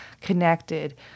connected